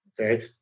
Okay